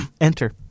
enter